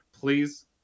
please